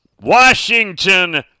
Washington